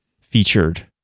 featured